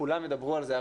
כולם ידברו על זה.